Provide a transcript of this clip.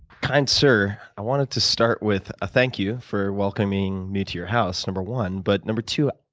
kind sir, i wanted to start with a thank you for welcoming me to your house number one, but number two,